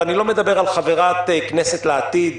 ואני לא מדבר על חברת כנסת לעתיד,